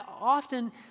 often